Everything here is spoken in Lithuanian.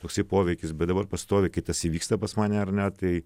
toksai poveikis bet dabar pastoviai kai tas įvyksta pas mane ar ne tai